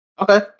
Okay